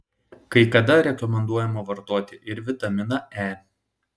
kai kada rekomenduojama vartoti ir vitaminą e